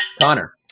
Connor